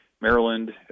Maryland